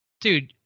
dude